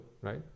right